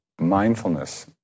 mindfulness